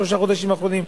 שלושת החודשים האחרונים.